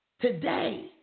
Today